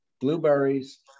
blueberries